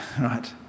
right